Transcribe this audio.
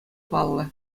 паллӑ